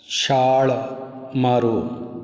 ਛਾਲ ਮਾਰੋ